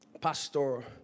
Pastor